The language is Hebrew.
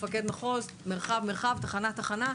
מפקד מחוז; מרחב מול מרחב; תחנה מול תחנה.